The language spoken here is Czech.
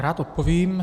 Rád odpovím.